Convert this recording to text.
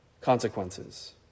consequences